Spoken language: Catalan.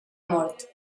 mort